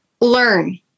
learn